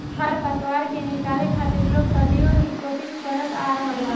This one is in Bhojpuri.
खर पतवार के निकाले खातिर लोग सदियों ही कोशिस करत आ रहल बा